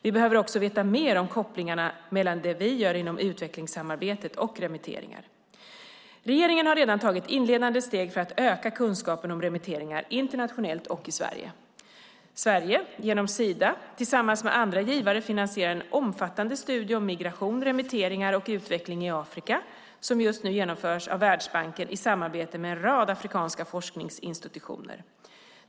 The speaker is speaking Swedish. Vi behöver också veta mer om kopplingarna mellan det vi gör inom utvecklingssamarbetet och remitteringar. Regeringen har redan tagit inledande steg för att öka kunskapen om remitteringar, internationellt och i Sverige. Sverige, genom Sida, tillsammans med andra givare finansierar en omfattande studie om migration, remitteringar och utveckling i Afrika som just nu genomförs av Världsbanken i samarbete med en rad afrikanska forskningsinstitutioner.